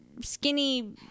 skinny